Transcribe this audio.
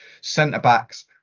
centre-backs